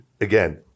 again